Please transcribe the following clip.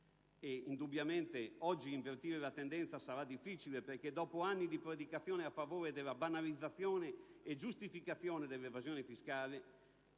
Indubbiamente oggi invertire la tendenza sarà difficile, dopo anni di predicazione a favore della banalizzazione e giustificazione dell'evasione fiscale,